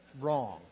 Wrong